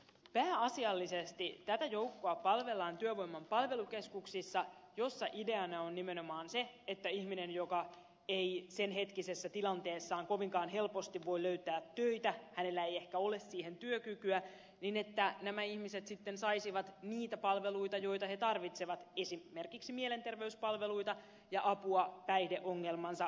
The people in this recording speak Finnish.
pääasiallisesti tätä joukkoa palvellaan työvoiman palvelukeskuksissa joissa ideana on nimenomaan se että ihminen joka ei senhetkisessä tilanteessaan kovinkaan helposti voi löytää töitä hänellä ei ehkä ole siihen työkykyä sitten saisi niitä palveluita joita hän tarvitsee esimerkiksi mielenterveyspalveluita ja apua päihdeongelmansa voittamiseen